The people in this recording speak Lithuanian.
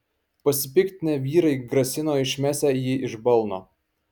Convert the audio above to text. pasipiktinę vyrai grasino išmesią jį iš balno